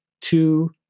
two